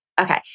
Okay